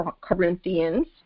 Corinthians